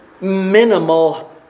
minimal